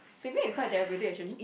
sweeping is quite therapeutic actually